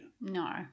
No